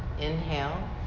Inhale